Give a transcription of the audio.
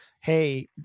hey